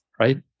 right